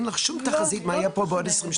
אין לך שום תחזית מה יהיה פה בעוד 20,